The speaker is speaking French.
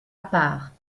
part